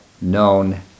known